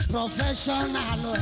Professional